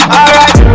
alright